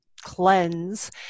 cleanse